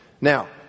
Now